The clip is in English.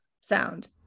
sound